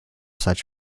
such